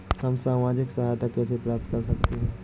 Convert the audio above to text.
हम सामाजिक सहायता कैसे प्राप्त कर सकते हैं?